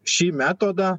šį metodą